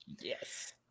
Yes